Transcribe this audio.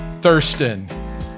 Thurston